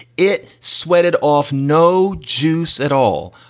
it sweated off no juice at all.